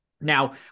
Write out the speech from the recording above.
Now